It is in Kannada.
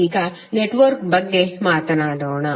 ಈಗ ನೆಟ್ವರ್ಕ್ ಬಗ್ಗೆ ಮಾತನಾಡೋಣ